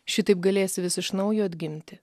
šitaip galėsi vis iš naujo atgimti